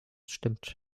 stimmt